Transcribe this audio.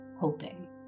hoping